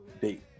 date